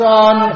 Son